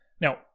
Now